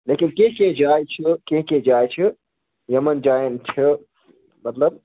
لیکِن کیٚنٛہہ کیٚنٛہہ جایہِ چھِ کیٚنٛہہ کیٚنٛہہ جایہِ چھِ یِمَن جایَن چھِ مطلب